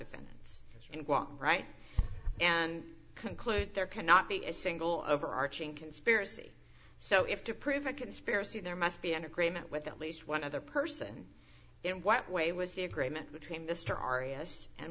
defendants and walk right and conclude there cannot be a single overarching conspiracy so if to prove a conspiracy there must be an agreement with at least one other person in what way was the agreement between mr arias and